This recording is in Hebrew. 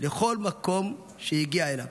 לכל מקום שהגיע אליו.